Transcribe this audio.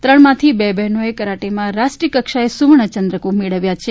ત્રણમાંથી બે બહેનોએ કરાટેમાં રાષ્ટ્રીય કક્ષાએ સુવર્ણ ચંદ્રક મેળવ્યા છે